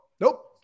Nope